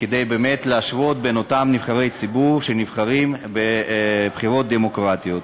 כדי באמת להשוות את אותם נבחרי ציבור שנבחרים בבחירות דמוקרטיות.